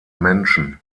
menschen